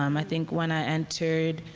um i think when i entered